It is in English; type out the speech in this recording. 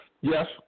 Yes